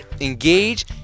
engage